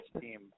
team